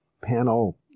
panel